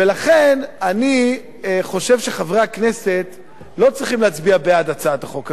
ולכן אני חושב שחברי הכנסת לא צריכים להצביע בעד הצעת החוק הזאת.